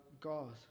God